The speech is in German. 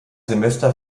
semester